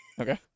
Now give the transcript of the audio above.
okay